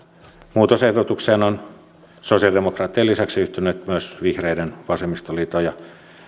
muutosehdotukseen ovat sosiaalidemokraattien lisäksi yhtyneet myös vihreiden vasemmistoliiton ja